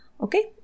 Okay